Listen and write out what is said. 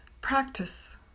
practice